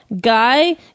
Guy